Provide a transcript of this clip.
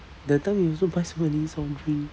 that time you also buy so many soft drink